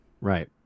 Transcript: Right